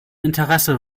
interesse